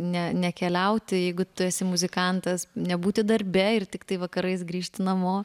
ne nekeliauti jeigu tu esi muzikantas nebūti darbe ir tiktai vakarais grįžti namo